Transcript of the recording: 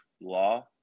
law